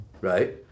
right